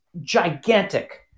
gigantic